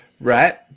right